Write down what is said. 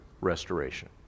restoration